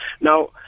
Now